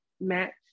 match